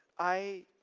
i